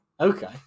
okay